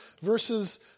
versus